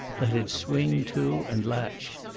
let it swing to and latch.